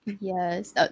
Yes